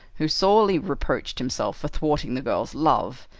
who sorely reproached himself for thwarting the girl's love,